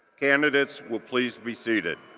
candidates will please be seated.